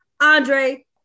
andre